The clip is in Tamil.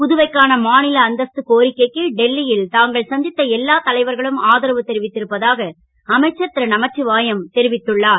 புதுவைக்கான மா ல அந்தஸ்து கோரிக்கைக்கு டெல்லி ல் தாங்கள் சந் த்த எல்லா தலைவர்களும் ஆதரவு தெரிவித்து இருப்பதாக அமைச்சர் ரு நமசிவாயும் தெரிவித்துள்ளார்